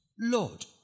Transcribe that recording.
Lord